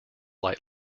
light